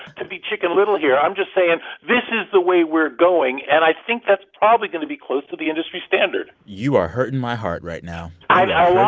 to be chicken little here. i'm just saying this is the way we're going. and i think that's probably going to be close to the industry standard you are hurting my heart right now. you